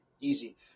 Easy